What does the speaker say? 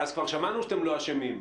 כבר שמענו שאתם לא אשמים,